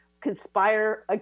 conspire